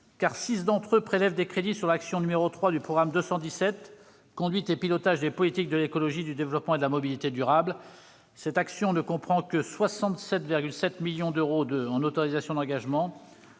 car six d'entre eux visent à prélever des crédits sur l'action n° 03 du programme 217 « Conduite et pilotage des politiques de l'écologie, du développement et de la mobilité durables ». Cette action ne comprend que 67,7 millions d'euros en autorisations d'engagement.